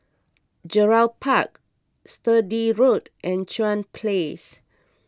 Gerald Park Sturdee Road and Chuan Place